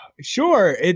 Sure